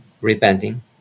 repenting